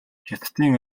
хятадын